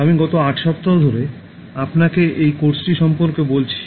আমি গত আট সপ্তাহ ধরে আপনাকে এই কোর্সটি সম্পর্কে বলছি